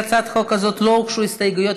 להצעת החוק הזאת לא הוגשו הסתייגויות,